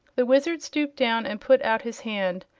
the wizard stooped down and put out his hand,